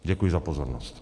Děkuji za pozornost.